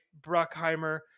Bruckheimer